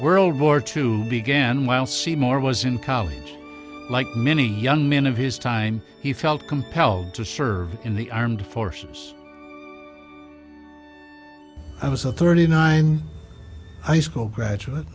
world war two began while seymour was in college like many young men of his time he felt compelled to serve in the armed forces i was a thirty nine icicle graduate